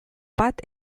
bat